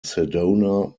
sedona